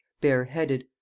bareheaded